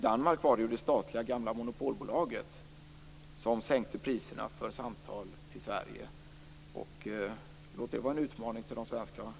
I Danmark var det ju det statliga gamla monopolbolaget som sänkte priserna på samtal till Sverige. Låt det vara en utmaning till de svenska aktörerna!